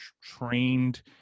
trained